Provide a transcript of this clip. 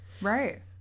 right